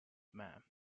man